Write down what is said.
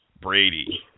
Brady